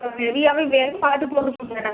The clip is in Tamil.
நிறையாவே ரேட் பார்த்து